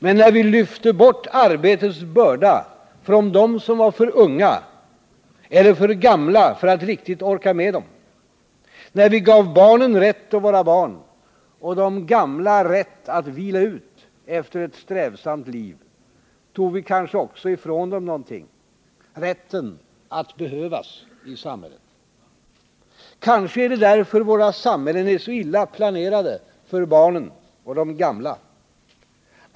Men när vi lyfte bort arbetets börda från dem som var för unga eller för gamla för att riktigt orka med den, när vi gav barnen rätt att vara barn och de gamla rätt att vila ut efter ett strävsamt liv, tog vi kanske också ifrån dem någonting: rätten att behövas i samhället. Kanske är det därför våra samhällen är så illa planerade för barnen och de gamla.